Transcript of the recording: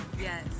Yes